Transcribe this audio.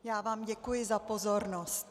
Já vám děkuji za pozornost.